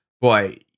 Boy